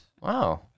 Wow